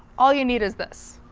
all you need is this.